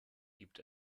gibt